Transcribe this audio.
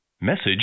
Message